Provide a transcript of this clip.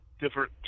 different